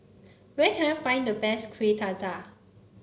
where can I find the best Kuih Dadar